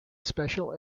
special